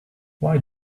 why